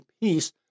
peace